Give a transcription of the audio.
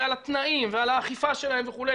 ועל התנאים ועל האכיפה שלהם וכו'.